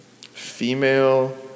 female